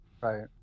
Right